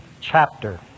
chapter